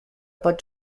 pot